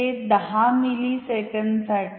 हे 10 मिली सेकंद साठी